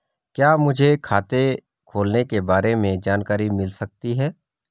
क्या मुझे खाते खोलने के बारे में जानकारी मिल सकती है?